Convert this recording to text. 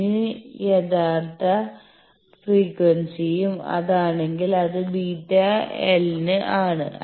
ഇനി യഥാർത്ഥ ഫ്രീക്വൻസിയും അതാണെങ്കിൽ അത് βl ആണ്